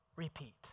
Repeat